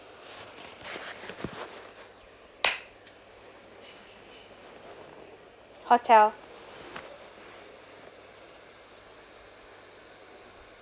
no she was actually fast uh to pick up my call and answered my feedback um answered my question my que~ querieshotel